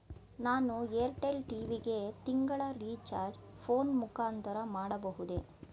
ನಾನು Airtel TV ಗೆ ತಿಂಗಳ ರಿಚಾರ್ಜ್ ಫೋನ್ ಮುಖಾಂತರ ಮಾಡಬಹುದೇ?